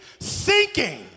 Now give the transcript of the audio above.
Sinking